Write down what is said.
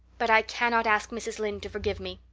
but i cannot ask mrs. lynde to forgive me.